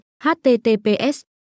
https